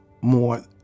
more